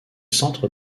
centres